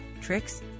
tricks